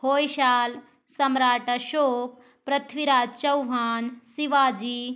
होयसल सम्राट अशोक पृथ्वीराज चौहान शिवाजी